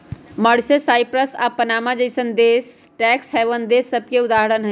Mauritius, Cyprus आऽ Panama जइसन्न देश टैक्स हैवन देश सभके उदाहरण हइ